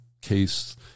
case